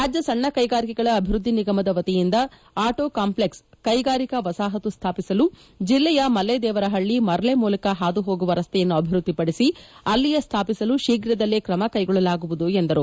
ರಾಜ್ಯ ಸಣ್ಣ ಕೈಗಾರಿಕೆಗಳ ಅಭಿವೃದ್ದಿ ನಿಗಮದ ವತಿಯಿಂದ ಆಟೋ ಕಾಂಪ್ಲೆಕ್ಸ್ ಕೈಗಾರಿಕಾ ವಸಹತು ಸ್ಣಾಪಿಸಲು ಜಿಲ್ಲೆಯ ಮಲ್ತೇದೇವರಹಳ್ಳಿ ಮರ್ಲೆ ಮೂಲಕ ಹಾದು ಹೋಗುವ ರಸ್ತೆಯನ್ನು ಅಭಿವೃದ್ಧಿಪಡಿಸಿ ಅಲ್ಲಿಯೇ ಸ್ಥಾಪಿಸಲು ಶೀಘ್ರದಲ್ಲೇ ಕ್ರಮ ಕೈಗೊಳ್ಳಲಾಗುವುದು ಎಂದರು